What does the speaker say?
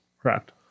Correct